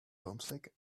homesick